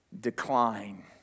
decline